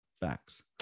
facts